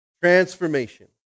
Transformation